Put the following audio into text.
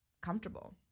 comfortable